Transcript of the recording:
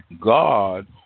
God